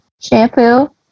shampoo